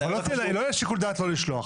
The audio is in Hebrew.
אבל לא יהיה שיקול דעת לא לשלוח.